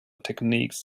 techniques